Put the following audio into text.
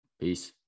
peace